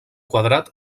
quadrat